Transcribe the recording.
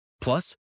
Plus